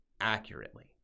accurately